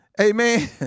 Amen